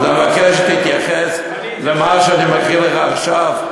אז אני מבקש שתתייחס למה שאני מקריא לך עכשיו.